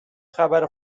خبر